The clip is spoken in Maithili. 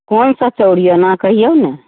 कोन सा चाउर यऽ ने कहियौ ने